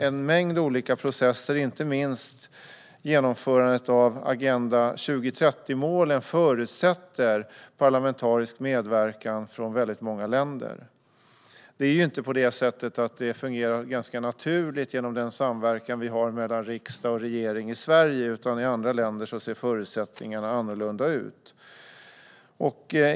En mängd olika processer, inte minst genomförandet av Agenda 2030-målen, förutsätter parlamentarisk medverkan från många länder. I Sverige fungerar det ganska naturligt genom den samverkan som vi har mellan riksdag och regering. Men så är det inte i många andra länder där förutsättningarna ser annorlunda ut.